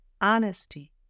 Honesty